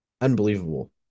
Unbelievable